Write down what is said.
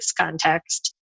context